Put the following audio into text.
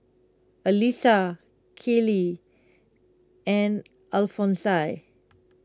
Elisa Keely and Alphonsine